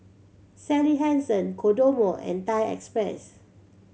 Sally Hansen Kodomo and Thai Express